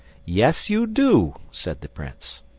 yes, you do, said the prince.